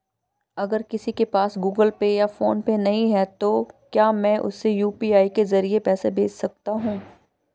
अगर किसी के पास गूगल पे या फोनपे नहीं है तो क्या मैं उसे यू.पी.आई के ज़रिए पैसे भेज सकता हूं?